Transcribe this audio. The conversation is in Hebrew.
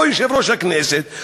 או יושב-ראש הכנסת,